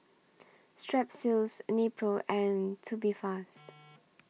Strepsils Nepro and Tubifast